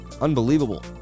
Unbelievable